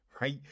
right